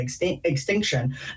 extinction